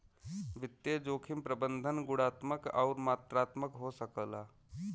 वित्तीय जोखिम प्रबंधन गुणात्मक आउर मात्रात्मक हो सकला